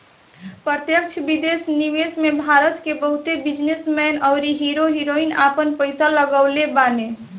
प्रत्यक्ष विदेशी निवेश में भारत के बहुते बिजनेस मैन अउरी हीरो हीरोइन आपन पईसा लगवले बाने